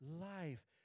life